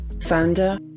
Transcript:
founder